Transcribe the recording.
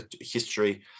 history